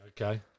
Okay